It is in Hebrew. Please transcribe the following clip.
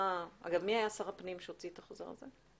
אגב, מי היה שר הפנים שהוציא את החוזר הזה?